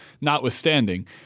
notwithstanding